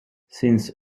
since